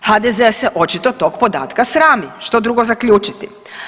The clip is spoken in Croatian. HDZ se očito tog podatka srami, što drugo zaključiti?